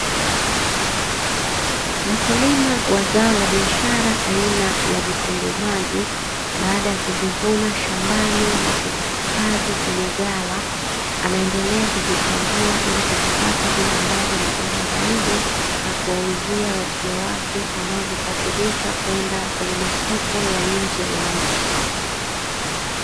Mkulima wa zao la biashara aina ya vitunguu maji baada ya kuvivuna shambani na kuvihifadhi kwenye ghala, anaendelea kuvichambua ili kuvipata vile ambavyo ni bora zaidi na kuwauzia wateja wake wanao visafirisha kwenda kwenye masoko ya nje ya nchi.